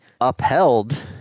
upheld